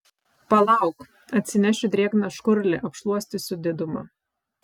palauk atsinešiu drėgną škurlį apšluostysiu didumą